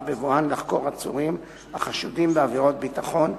בבואן לחקור עצורים החשודים בעבירות ביטחון,